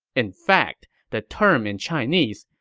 in fact, the term in chinese,